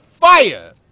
fire